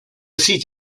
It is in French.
site